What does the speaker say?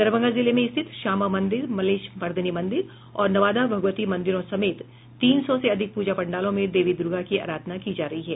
दरभंगा जिले में स्थित श्यामा मंदिर मलेच्छ मर्दिनी मंदिर और नवादा भगवती मंदिरों समेत तीन सौ से अधिक पूजा पंडालों में देवी दुर्गा की आराधना की जा रही है